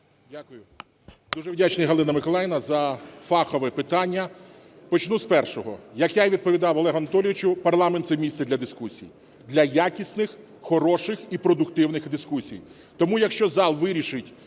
Дякую. Дуже вдячний, Галино Миколаївно, за фахове питання. Почну з першого. Як я відповідав Олегу Анатолійовичу, парламент – це місце для дискусій. Для якісних, хороших і продуктивних дискусій. Тому якщо зал вирішить,